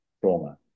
trauma